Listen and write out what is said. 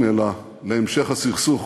אלא להמשך הסכסוך,